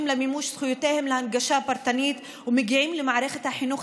למימוש זכויותיהם להנגשה פרטנית ומגיעים למערכת החינוך,